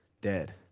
dead